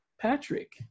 Patrick